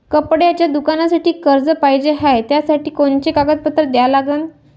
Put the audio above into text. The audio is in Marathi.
कपड्याच्या दुकानासाठी कर्ज पाहिजे हाय, त्यासाठी कोनचे कागदपत्र द्या लागन?